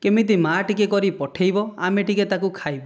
କେମିତି ମା' ଟିକିଏ କରି ପଠାଇବ ଆମେ ଟିକିଏ ତାକୁ ଖାଇବୁ